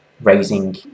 raising